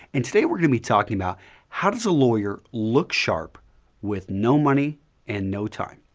and today, we're going to be talking about how does a lawyer look sharp with no money and no time.